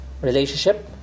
relationship